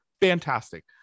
Fantastic